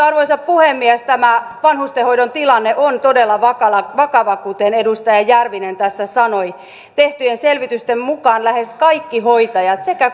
arvoisa puhemies tämä vanhustenhoidon tilanne on todella vakava vakava kuten edustaja järvinen tässä sanoi tehtyjen selvitysten mukaan lähes kaikki hoitajat sekä